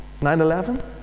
9/11